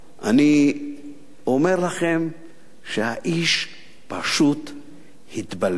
אני אומר לכם שהאיש פשוט התבלבל.